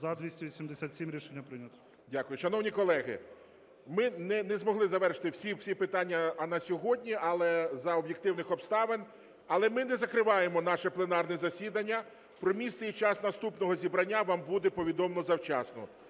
15:07:06 ГОЛОВУЮЧИЙ. Дякую. Шановні колеги, ми не змогли завершити всі питання на сьогодні, але за об'єктивних обставин. Але ми не закриваємо наше пленарне засідання. Про місце і час наступного зібрання вам буде повідомлено завчасно